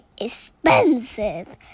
expensive